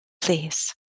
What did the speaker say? please